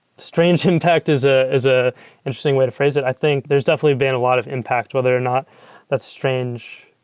strange impact is ah an ah interesting way to phrase that. i think there's definitely been a lot of impact whether or not that's strange.